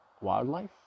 wildlife